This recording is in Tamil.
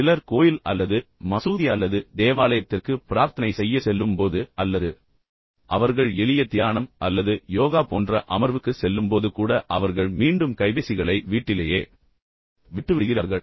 சிலர் கோயில் அல்லது மசூதி அல்லது தேவாலயத்திற்கு பிரார்த்தனை செய்யச் செல்லும்போது அல்லது அவர்கள் எளிய தியானம் அல்லது யோகா போன்ற அமர்வுக்குச் செல்லும்போது கூட அவர்கள் மீண்டும் கைபேசிகளை வீட்டிலேயே விட்டுவிடுகிறார்கள்